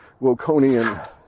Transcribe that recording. Wilconian